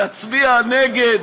נצביע נגד